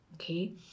okay